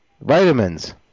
vitamins